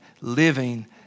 living